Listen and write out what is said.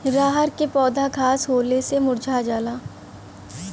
रहर क पौधा घास होले से मूरझा जाला